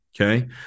Okay